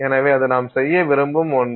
எனவே அது நாம் செய்ய விரும்பும் ஒன்று